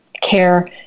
care